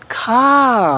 car